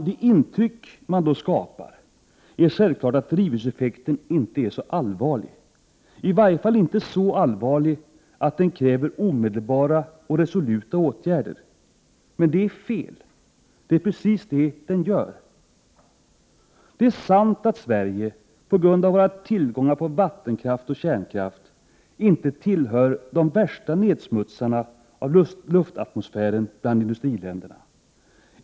Det intryck som skapas är självfallet att drivhuseffekten inte är så allvarlig — i varje fall inte så allvarlig att den kräver omedelbara och resoluta åtgärder. Men det är fel! Det är precis det den gör! Det är sant att Sverige, på grund av dess tillgångar på vattenkraft och kärnkraft, inte tillhör de värsta nedsmutsarna av luftatmosfären bland industriländerna.